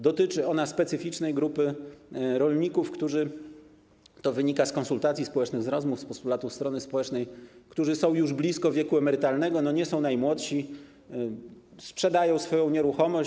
Dotyczy to specyficznej grupy rolników, którzy - tak wynika z konsultacji społecznych, z rozmów, z postulatów strony społecznej - są już blisko wieku emerytalnego, nie są najmłodsi i sprzedają swoją nieruchomość.